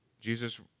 Jesus